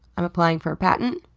i'm applying for a patent.